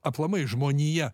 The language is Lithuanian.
aplamai žmonija